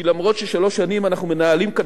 כי למרות ששלוש שנים אנחנו מנהלים כאן